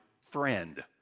friend